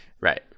right